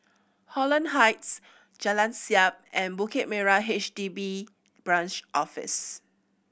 Holland Heights Jalan Siap and Bukit Merah H D B Branch Office